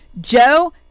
Joe